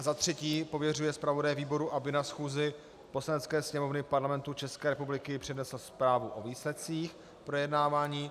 za třetí pověřuje zpravodaje výboru, aby na schůzi Poslanecké sněmovny Parlamentu ČR přednesl zprávu o výsledcích projednávání;